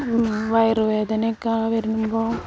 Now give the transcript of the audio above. വയറ് വേദനയൊക്കെ വരുമ്പോൾ